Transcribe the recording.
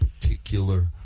particular